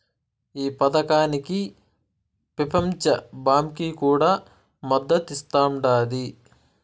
ఈ పదకానికి పెపంచ బాంకీ కూడా మద్దతిస్తాండాది